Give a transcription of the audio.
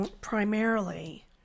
primarily